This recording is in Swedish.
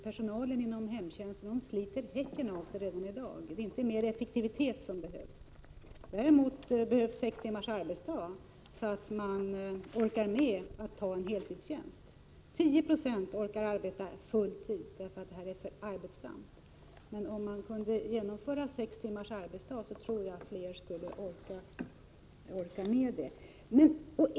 Personalen inom hemtjänsten sliter häcken av sig redan nu, och det är inte mer effektivitet som behövs. Däremot behövs sex timmars arbetsdag så att man orkar med att ha en heltidstjänst. Bara 10 20 av personalen inom hemtjänsten orkar arbeta full tjänst därför att det är för arbetsamt. Om man kunde genomföra sex timmars arbetsdag tror jag fler skulle orka med heltid.